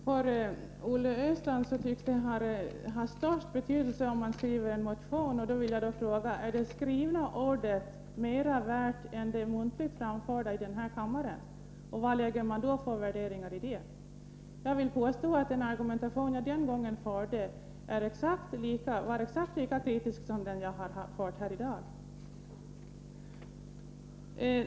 Fru talman! För Olle Östrand tycks det ha störst betydelse om man skriver en motion. Då vill jag fråga: Är det skrivna ordet mera värt än det muntligt framförda i den här kammaren, och vad lägger man då för värderingar i det? Jag vill påstå att den argumentation som jag vid det tidigare tillfället förde var exakt lika kritisk som den jag fört här i dag.